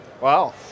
Wow